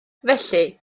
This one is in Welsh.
felly